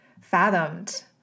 fathomed